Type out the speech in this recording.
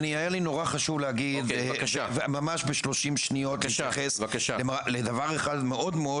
היה לי מאוד חשוב להגיד ממש ב-30 שניות להתייחס לדבר אחד שמאוד מאוד